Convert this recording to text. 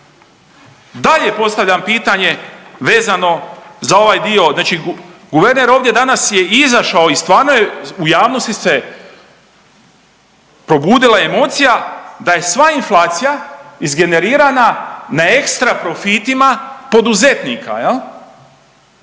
Dalje postavljam pitanje vezano za ovaj dio, znači, guverner ovdje danas je izašao i stvarno je, u javnosti se probudila emocija da je sva inflacija izgenerirana na ekstraprofitima poduzetnika. S